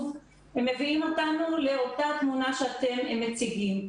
מביאים אותנו לאותה תמונה שאתם מציגים.